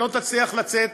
שלא תצליח לצאת,